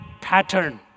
pattern